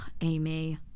Amy